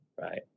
right